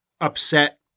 upset